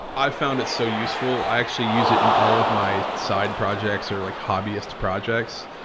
i found it so useful, i actually use it in all of my side projects or like hobbyist projects.